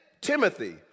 Timothy